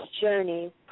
journey